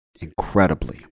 incredibly